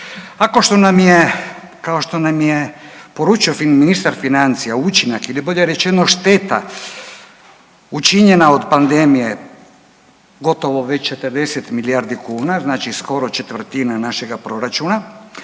prisutni. Kao što nam je poručio ministar financija učinak ili bolje rečeno šteta učinjena od pandemije gotovo već 40 milijardi kuna, znači skoro četvrtina našega proračuna,